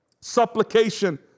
supplication